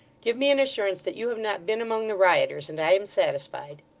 give me an assurance that you have not been among the rioters, and i am satisfied